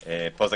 פה.